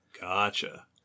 Gotcha